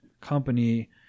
company